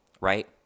right